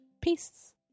Peace